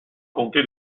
comté